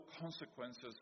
consequences